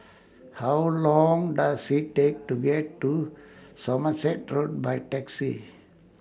How Long Does IT Take to get to Somerset Road By Taxi